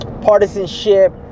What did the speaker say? partisanship